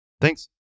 thanks